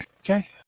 Okay